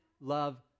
love